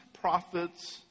prophets